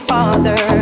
Father